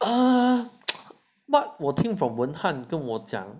啊 what 我听 from 文汉跟我讲